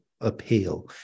appeal